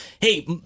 hey